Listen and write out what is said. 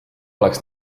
oleks